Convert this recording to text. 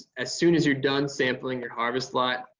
as soon as you're done sampling your harvest lot,